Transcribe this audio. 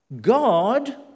God